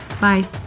Bye